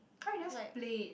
try just played